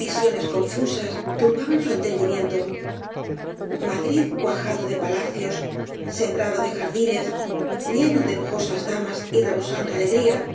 visiones confusas turbaban su entendimiento madrid cuajado de palacios sembrado de jardines lleno de lujosas damas y rebosando alegría